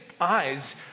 eyes